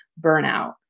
burnout